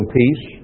peace